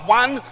one